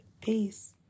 Peace